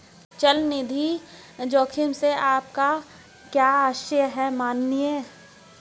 चल निधि जोखिम से आपका क्या आशय है, माननीय?